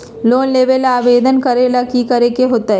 Loan लेबे ला आवेदन करे ला कि करे के होतइ?